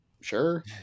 sure